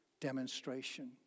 demonstration